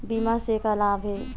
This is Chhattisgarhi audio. बीमा से का लाभ हे?